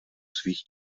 svých